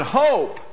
hope